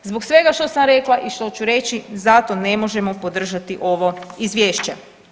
Zbog svega što sam rekla i što ću reći zato ne možemo podržati ovo izvješće.